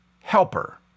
helper